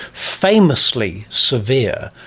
famously severe,